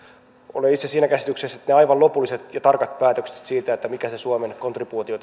olen itse siinä käsityksessä että ne aivan lopulliset ja tarkat päätökset siitä mikä se suomen kontribuutio